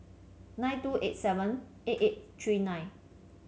nine two eight seven eight eight three nine